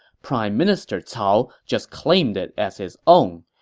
prime minister cao just claimed it as his own,